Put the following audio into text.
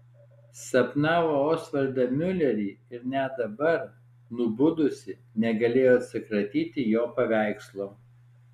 sapnavo osvaldą miulerį ir net dabar nubudusi negalėjo atsikratyti jo paveikslo